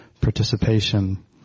participation